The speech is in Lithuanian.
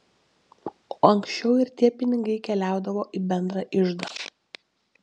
o ankščiau ir tie pinigai keliaudavo į bendrą iždą